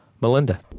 melinda